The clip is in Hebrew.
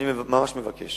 אני ממש מבקש